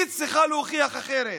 היא צריכה להוכיח אחרת,